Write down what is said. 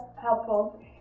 helpful